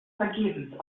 vergebens